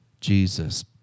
Jesus